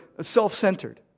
self-centered